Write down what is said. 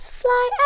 fly